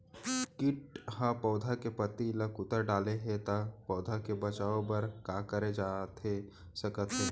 किट ह पौधा के पत्ती का कुतर डाले हे ता पौधा के बचाओ बर का करे जाथे सकत हे?